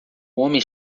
homem